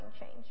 change